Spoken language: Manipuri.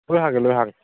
ꯂꯣꯏ ꯍꯥꯡꯉꯦ ꯂꯣꯏ ꯍꯥꯡꯉꯦ